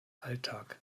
alltag